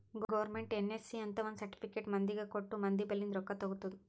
government NSC ಅಂತ್ ಒಂದ್ certificate ಮಂದಿಗ ಕೊಟ್ಟು ಮಂದಿ ಬಲ್ಲಿಂದ್ ರೊಕ್ಕಾ ತಗೊತ್ತುದ್